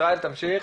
ישראל, תמשיך.